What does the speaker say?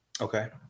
Okay